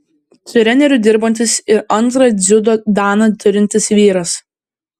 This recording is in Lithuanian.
treneriu dirbantis ir antrą dziudo daną turintis vyras